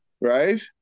Right